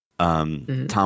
Tom